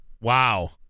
Wow